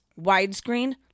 Widescreen